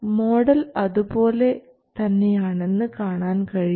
model അതുപോലെ തന്നെയാണെന്ന് കാണാൻ കഴിയും